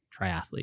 triathlete